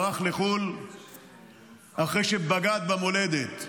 ברח לחו"ל אחרי שבגד במולדת.